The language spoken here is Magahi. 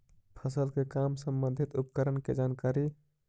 फसल के काम संबंधित उपकरण के जानकारी?